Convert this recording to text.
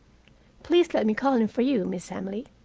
please let me call him, for you, miss emily.